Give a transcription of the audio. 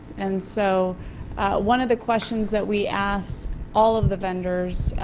and so one of the questions that we asked all of the vendors,